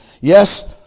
Yes